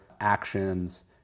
actions